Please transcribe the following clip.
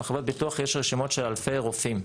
גם חברות ביטוח יש רשימות של אלפי רופאים.